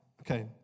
Okay